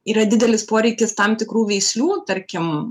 yra didelis poreikis tam tikrų veislių tarkim